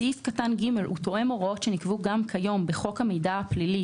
סעיף קטן (ג) תואם הוראות שנקבעו גם כיום בחוק המידע הפלילי,